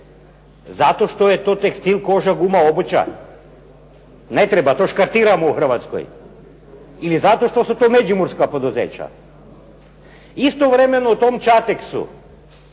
Zato što je to tekstil, koža, guma, obuća? Ne treba, to škartiramo u Hrvatskoj? Ili zato što su to međimurska poduzeća? Istovremeno u tom "Čateksu"